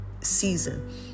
season